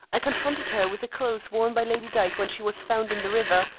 i confronted her with the clothes worn by lady dyke when she was found in the river,